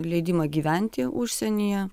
leidimą gyventi užsienyje